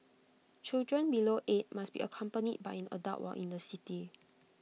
children below eight must be accompanied by an adult while in the city